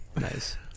Nice